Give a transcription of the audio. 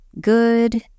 good